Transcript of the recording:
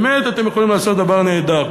באמת, אתם יכולים לעשות דבר נהדר,